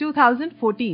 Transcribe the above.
2014